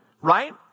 right